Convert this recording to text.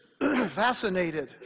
fascinated